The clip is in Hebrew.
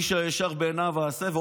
איש הישר בעיניו יעשה.